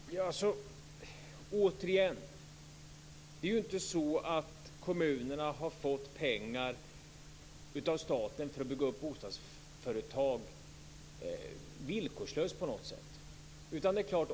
Fru talman! Återigen vill jag säga att det inte är så att kommunerna har fått pengar av staten för att bygga upp bostadsföretag villkorslöst på något sätt.